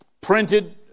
Printed